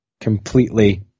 completely